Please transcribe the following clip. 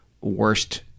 worst